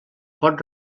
pot